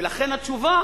ולכן התשובה